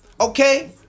okay